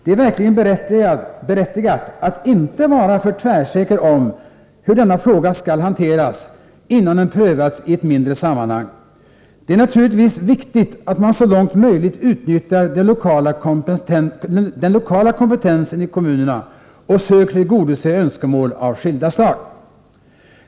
Det är verkligen berättigat att inte vara för tvärsäker om hur denna fråga skall hanteras, innan den prövas i ett mindre sammanhang. Det är naturligtvis viktigt att man så långt möjligt utnyttjar den lokala kompetensen i kommunerna och söker tillgodose önskemål av skilda slag.